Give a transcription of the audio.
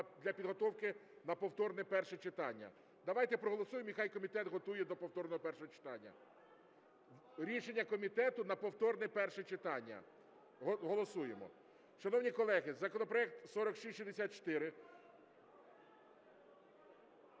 для підготовки на повторне перше читання. Давайте проголосуємо - і нехай комітет готує до повторного першого читання. Рішення комітету - на повторне перше читання. Голосуємо. Шановні колеги, законопроект 4664…